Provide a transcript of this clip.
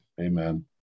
Amen